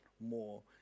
more